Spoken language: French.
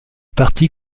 parti